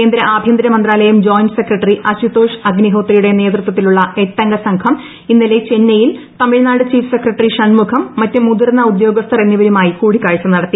കേന്ദ്ര ആഭ്യന്തരമന്ത്രാലയം joint secretary Ashutosh അഗ്നി ഹോത്രിയുടെ നേതൃത്വത്തിലുള്ള എട്ടംഗ സംഘം ഇന്നലെ ചെന്നൈയിൽ തമിഴ്നാട് ചീഫ് സെക്രട്ടറി ഷണ്മുഖം മറ്റ് മുതിർന്ന ഉദ്യോഗസ്ഥർ എന്നിവരുമായി കൂടിക്കാഴ്ച നടത്തി